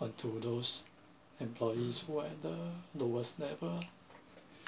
onto those employees who are at the lowest level